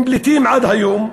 הם פליטים עד היום.